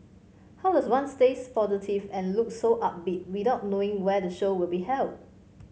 how does one stays positive and look so upbeat without knowing where the show will be held